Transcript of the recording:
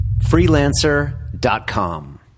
freelancer.com